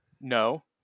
No